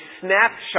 snapshot